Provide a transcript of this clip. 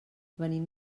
venim